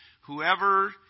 whoever